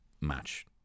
match